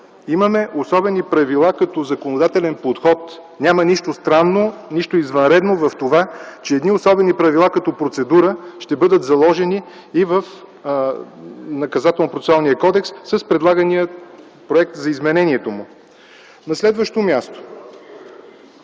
Имаме особени правила като законодателен подход, няма нищо странно, нищо извънредно в това, че едни „Особени правила” като процедура ще бъдат заложени и в Наказателно-процесуалния кодекс с предлагания проект за изменението му. (Реплика на